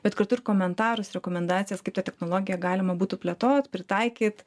bet kartu ir komentarus rekomendacijas kaip tą technologiją galima būtų plėtot pritaikyt